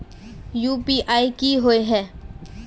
UPI की होय है?